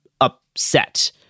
upset